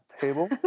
table